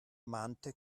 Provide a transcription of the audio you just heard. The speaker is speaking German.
mahnte